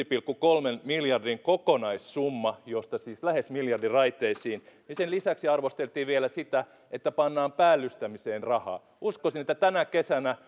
pilkku kolmen miljardin kokonaissumman josta siis lähes miljardi raiteisiin lisäksi arvosteltiin vielä sitä että pannaan päällystämiseen rahaa uskoisin että tänä kesänä